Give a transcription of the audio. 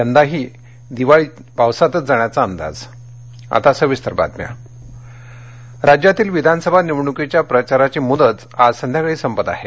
यंदाची दिवाळीही पावसातच जाण्याचा अंदाज प्रचार राज्यातील विधानसभा निवडणुकीच्या प्रचाराची मूदत आज संध्याकाळी संपत आहे